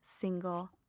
single